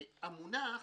המונח